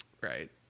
right